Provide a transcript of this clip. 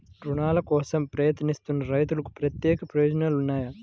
రుణాల కోసం ప్రయత్నిస్తున్న రైతులకు ప్రత్యేక ప్రయోజనాలు ఉన్నాయా?